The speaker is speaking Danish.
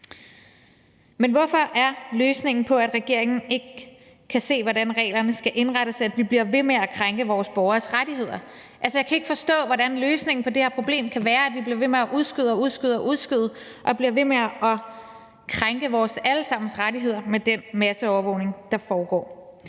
Men hvorfor er løsningen på, at regeringen ikke kan se, hvordan reglerne skal indrettes, at vi bliver ved med at krænke vores borgeres rettigheder? Jeg kan ikke forstå, hvordan løsningen på det her problem kan være, at vi bliver ved med at udskyde og udskyde og bliver ved med at krænke vores alle sammens rettigheder med den masseovervågning, der foregår.